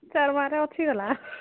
ଅଛି ଗଲା